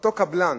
אותו קבלן